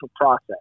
process